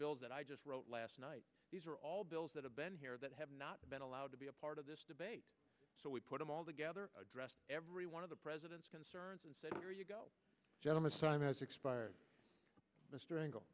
bills that i just wrote last night these are all bills that have been here that have not been allowed to be a part of this debate so we put them all together addressed every one of the president's concerns and said here you go gentleman's time has expired mr